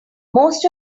most